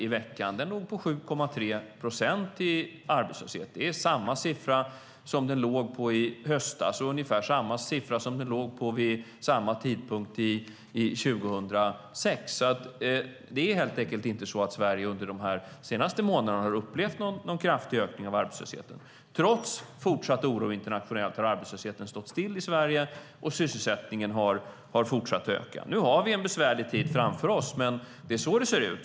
Arbetslösheten låg på 7,3 procent. Det är samma siffra som i höstas och ungefär samma siffra vid samma tidpunkt 2006. Sverige har under de senaste månaderna helt enkelt inte upplevt någon kraftig ökning av arbetslösheten. Trots fortsatt oro internationellt har arbetslösheten stått stilla i Sverige, och sysselsättningen har fortsatt att öka. Nu har vi en besvärlig tid framför oss, men det är så det ser ut.